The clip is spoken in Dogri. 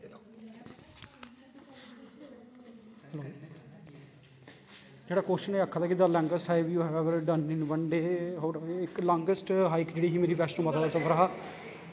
जेह्ड़ा कोश्चन एह् आक्खा दा लांगैस्ट हाईकिंग डन बाय इक लांगैस्ट हाईक जेह्ड़ी मेरी बैष्णो माता दा सफर हा